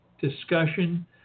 discussion